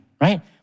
right